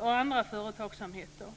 och andra företagsamheter.